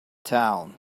town